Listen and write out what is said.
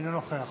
אינו נוכח